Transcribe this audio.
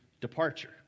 departure